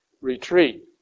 retreat